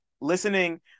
listening